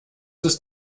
ist